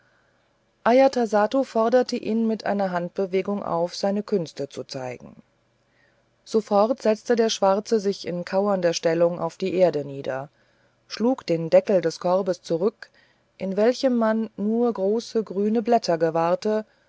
ajatasattu forderte ihn mit einer handbewegung auf seine künste zu zeigen sofort setzte der schwarze sich in kauernder stellung auf die erde nieder schlug den deckel des korbes zurück in welchem man nur große grüne blätter gewahrte